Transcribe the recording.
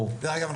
דרך אגב,